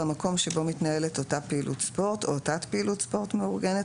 במקום שבו מתנהלת אותה פעילות ספורט או תת פעילות ספורט מאורגנת